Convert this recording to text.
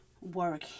work